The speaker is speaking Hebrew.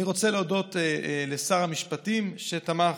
אני רוצה להודות לשר המשפטים, שתמך